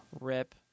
Rip